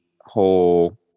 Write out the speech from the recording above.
whole